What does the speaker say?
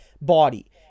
body